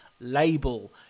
Label